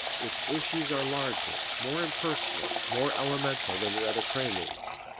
its issues are larger, more impersonal, more elemental than the other preludes.